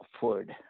food